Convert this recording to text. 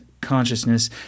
consciousness